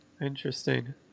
interesting